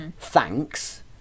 thanks